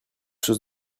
chose